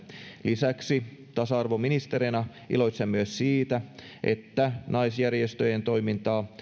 lisäksi tasa arvoministerinä iloitsen myös siitä että naisjärjestöjen toimintaan